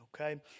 okay